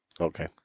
Okay